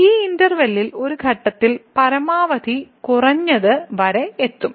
ഈ ഇന്റെർവെല്ലിൽ ഒരു ഘട്ടത്തിൽ പരമാവധി കുറഞ്ഞത് വരെ എത്തും